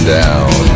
down